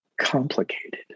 complicated